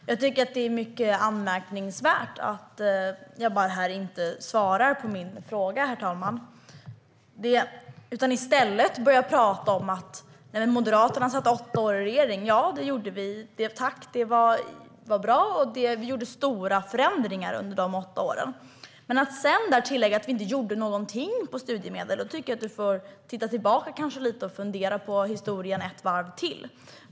Herr talman! Jag tycker att det är mycket anmärkningsvärt att Jabar inte svarar på min fråga. I stället börjar han prata om att Moderaterna satt i regering i åtta år. Ja, det gjorde vi. Det var bra, och vi gjorde stora förändringar under de åtta åren. Sedan tillägger Jabar att vi inte gjorde någonting när det gäller studiemedlen, men då tycker jag att han får titta tillbaka lite och fundera på historien ett varv till.